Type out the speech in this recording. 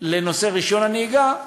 לרישיון הנהיגה,